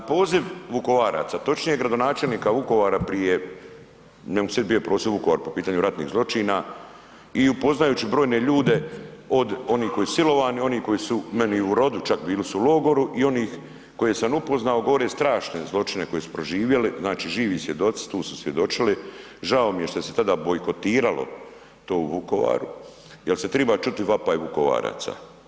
Na poziv Vukovaraca, točnije gradonačelnika Vukovara prije, ne mogu se sjetit, bio prosvjed u Vukovaru po pitanju ratnih zločina, i u upoznajući brojne ljude od onih koji su silovani, oni koji su meni u rodu čak, bili su u logoru, i onih koje sam upoznao, govore strašne zločine koje su proživjeli, znači živi svjedoci tu su svjedočili, žao mi je šta se tada bojkotiralo to u Vukovaru jer se treba čuti vapaj Vukovaraca.